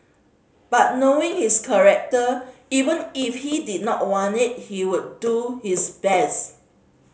but knowing his character even if he did not want it he would do his best